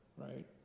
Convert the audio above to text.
right